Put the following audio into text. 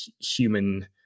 human